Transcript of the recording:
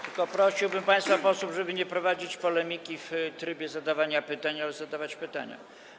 Tylko prosiłbym państwa posłów, żeby nie prowadzić polemiki w trybie zadawania pytań, ale zadawać pytania.